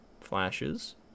Flashes